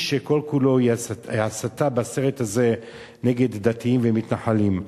איש שכל-כולו הסתה נגד דתיים ומתנחלים.